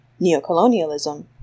neocolonialism